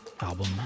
album